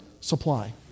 supply